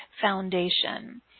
foundation